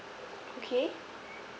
okay